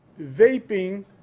vaping